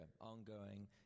ongoing